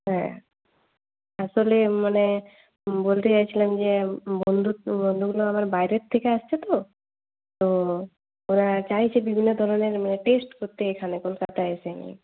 হ্যাঁ আসলে মানে বলতে চাইছিলাম যে বন্ধুগুলো আমার বাইরে থেকে আসছে তো ওরা চাইছে বিভিন্ন ধরনের মানে টেস্ট করতে এখানে কলকাতায় এসে